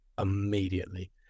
immediately